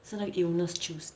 是那个 illness choose 你